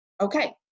okay